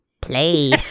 Play